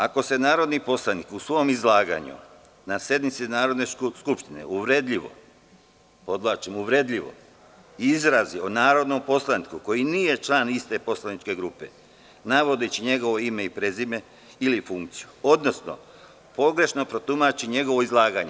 Ako se narodni poslanik u svom izlaganju na sednici Narodne skupštine uvredljivo izrazi o narodnom poslaniku koji nije član iste poslaničke grupe, navodeći njegovo ime i prezime ili funkciju, odnosno pogrešno protumači njegovo izlaganje…